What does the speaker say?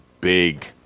big